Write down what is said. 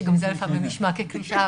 כי גם זה לפעמים נשמע כקלישאה,